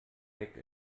weg